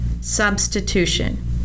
substitution